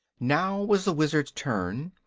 now was the wizard's turn,